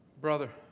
Brother